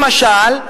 למשל,